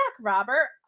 Robert